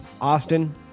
Austin